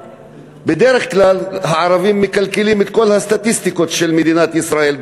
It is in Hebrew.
בדרך כלל הערבים מקלקלים את כל הסטטיסטיקות של מדינת ישראל,